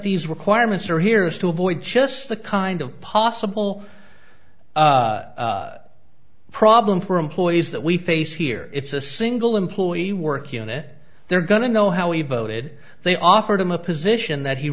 these requirements are here is to avoid just the kind of possible the problem for employees that we face here it's a single employee working on it they're going to know how he voted they offered him a position that he